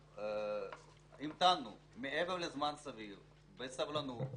אנחנו המתנו מעבר לזמן סביר בסבלנות,